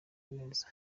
neza